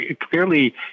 clearly